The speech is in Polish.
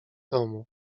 domu